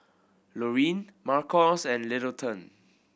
Loreen Marcos and Littleton